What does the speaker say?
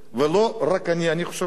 אני לא יודע.